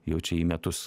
jau čia į metus